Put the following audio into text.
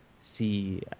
see